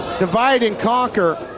divide and conquer.